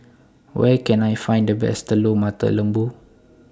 Where Can I Find The Best Telur Mata Lembu